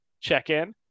check-in